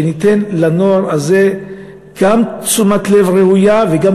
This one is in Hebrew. שניתן לנוער הזה גם תשומת לב ראויה וגם